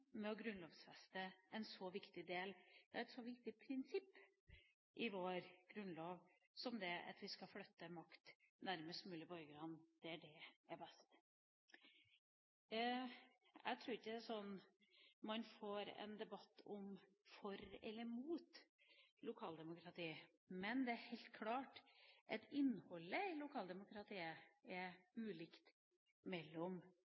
å grunnlovfeste en så viktig del og et så viktig prinsipp i vår grunnlov som å flytte makt nærmest mulig borgerne, der det er best. Jeg tror ikke at det er slik at man får en debatt for eller imot lokaldemokratiet, men det er helt klart at innholdet i lokaldemokratiet er ulikt mellom